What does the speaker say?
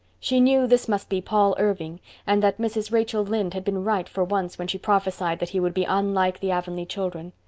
she knew this must be paul irving and that mrs. rachel lynde had been right for once when she prophesied that he would be unlike the avonlea children.